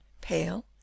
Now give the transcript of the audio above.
pale